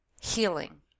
healing